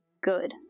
good